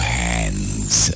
hands